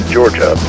Georgia